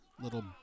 little